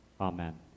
Amen